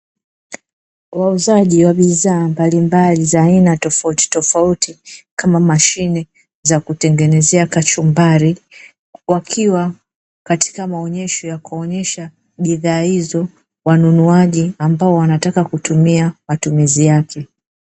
Wauzaji wa bidhaa mbalimbali za aina tofautitofauti, kama mashine za kutengenezea kachumbari; wakiwa katika maonyesho ya kuonyesha bidhaa hizo, wanunuaji ambao wanataka kutumia matumizi yake.